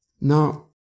Now